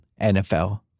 NFL